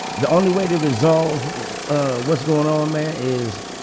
the only way to resolve ah what's going on, man is.